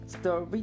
Story